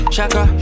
Shaka